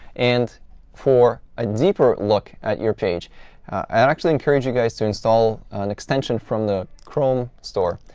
and for a deeper look at your page, i'd actually encourage you guys to install an extension from the chrome store,